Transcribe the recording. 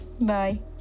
Bye